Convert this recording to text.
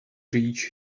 reach